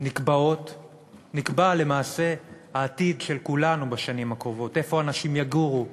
נקבע למעשה העתיד של כולנו בשנים הקרובות: איפה אנשים יגורו,